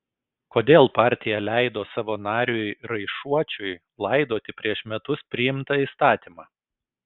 kodėl partija leido savo nariui raišuočiui laidoti prieš metus priimtą įstatymą